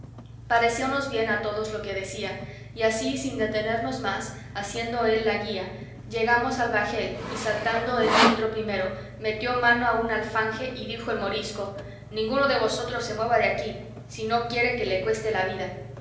zoraida pareciónos bien a todos lo que decía y así sin detenernos más haciendo él la guía llegamos al bajel y saltando él dentro primero metió mano a un alfanje y dijo en morisco ninguno de vosotros se mueva de aquí si no quiere que le cueste la vida